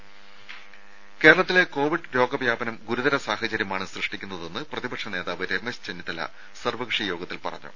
രുര കേരളത്തിലെ കോവിഡ് രോഗ വ്യാപനം ഗുരുതര സാഹചര്യമാണ് സൃഷ്ടിക്കുന്നതെന്ന് പ്രതിപക്ഷ നേതാവ് രമേശ് ചെന്നിത്തല സർവ്വകക്ഷി യോഗത്തിൽ പറഞ്ഞു